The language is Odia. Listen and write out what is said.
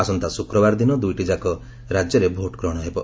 ଆସନ୍ତା ଶୁକ୍ରବାର ଦିନ ଦୁଇଟିଯାକ ରାଜ୍ୟରେ ଭୋଟ୍ ନିଆଯିବ